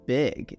big